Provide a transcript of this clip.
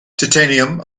titanium